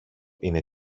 είναι